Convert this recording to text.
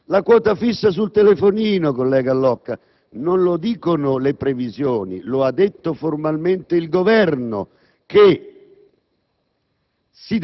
quota fissa sul telefonino. Collega Allocca, non lo dicono le previsioni, lo ha detto formalmente il Governo che